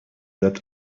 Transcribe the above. that